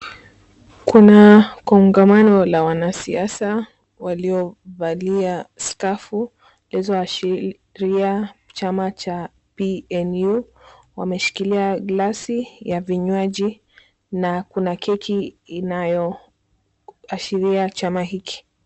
Kuna kungamano la wanasiasa waliyovalia skafu zilizoashiria chama cha PNU. Wameshikilia glasi ya vinywaji na kuna keki inayoashiria chama hiki.